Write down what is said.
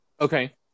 Okay